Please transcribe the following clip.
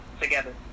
together